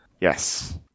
Yes